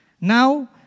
Now